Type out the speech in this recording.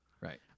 Right